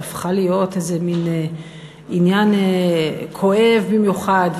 שהפכה להיות איזה מין עניין כואב במיוחד,